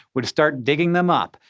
would start digging them up,